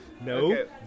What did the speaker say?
no